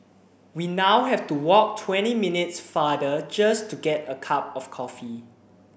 we now have to walk twenty minutes farther just to get a cup of coffee